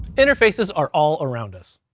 interfaces are all around us.